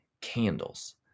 candles